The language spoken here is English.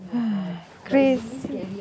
crazy